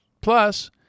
Plus